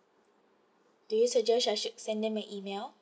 do you suggest I should send them an email